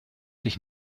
dich